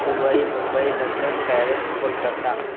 Dubai Mumbai London Paris Kolkata